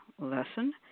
lesson